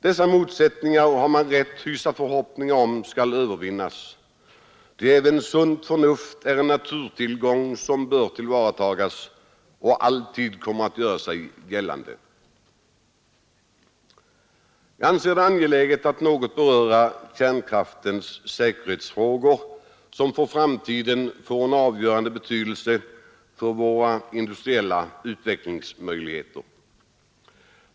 Man har rätt att hysa förhoppning om att dessa motsättningar skall övervinnas, ty även sunt förnuft är en naturtillgång som bör tillvaratagas och den kommer alltid att göra sig gällande. Jag anser det angeläget att något beröra kärnkraftens säkerhetsfrågor som för framtiden får en avgörande betydelse för våra industriella utvecklingsmöjligheter.